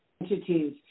entities